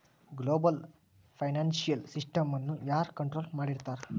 Global financial ಸಿಸ್ಟಮ್ನ ಯಾರ್ control ಮಾಡ್ತಿರ್ತಾರ?